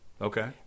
Okay